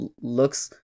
looks